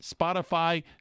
Spotify